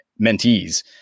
mentees